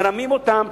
מרמים אותם,